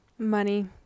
money